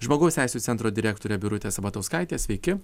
žmogaus teisių centro direktorė birutė sabatauskaitė sveiki